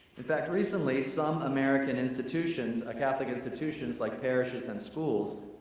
in fact, recently, some american institutions, ah catholic institutions like parishes and schools,